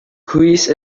greece